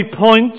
point